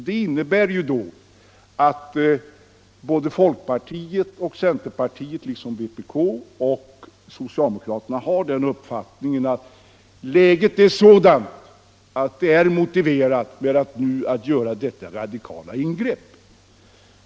Det innebär att både folkpartiet och centerpartiet liksom vpk och socialdemokraterna hyser den uppfattningen att läget är sådant att det är motiverat att göra detta radikala ingrepp.